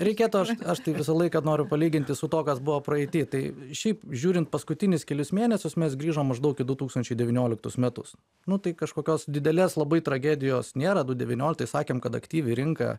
reikėtų aš aš tai visą laiką noriu palyginti su tuo kas buvo praeityje tai šiaip žiūrint paskutinius kelis mėnesius mes grįžom maždaug į du tūkstančiai devynioliktus metus nu tai kažkokios didelės labai tragedijos nėra du devynioliktais sakėm kad aktyvi rinka